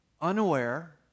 unaware